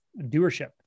doership